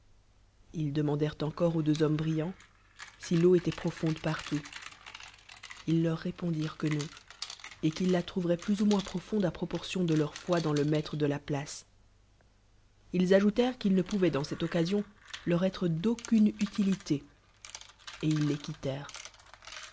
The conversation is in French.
llc demandèrent encore aux deux hommes brillants si l'eau étoit profonde partout ils leur répondiretit que lion et qu'ilc la trouveraient plus ou moins profonde à irroporlinn de leur foi dans le maitre de la place ils ajoutèrent qu'ils ne pom oienl dans cette occasion leur être d'aucune utilité et ils les